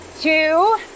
two